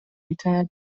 retired